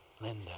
Linda